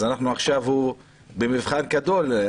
אז עכשיו הוא במבחן גדול,